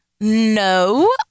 No